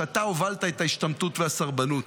שאתה הובלת את ההשתמטות ואת הסרבנות.